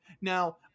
now